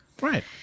Right